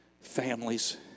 families